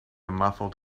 muffled